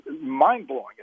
mind-blowing